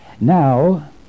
Now